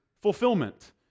fulfillment